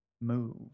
move